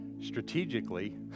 strategically